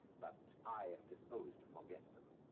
but i am disposed to forget them.